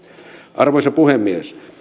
arvoisa puhemies